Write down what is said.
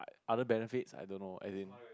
other benefits I don't know as in